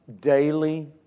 daily